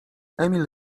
emil